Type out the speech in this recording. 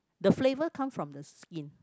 the flavour come from the skin